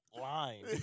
line